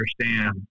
understand